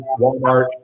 Walmart